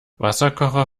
wasserkocher